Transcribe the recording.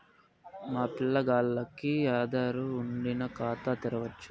మా పిల్లగాల్లకి ఆదారు వుండిన ఖాతా తెరవచ్చు